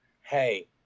hey